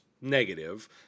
negative